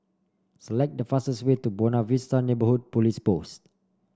select the fastest way to Buona Vista Neighbourhood Police Post